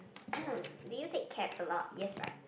do you take cabs a lot yes right